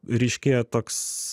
ryškėja toks